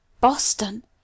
Boston